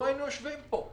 לא היינו יושבים פה?